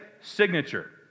Signature